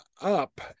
up